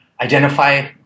identify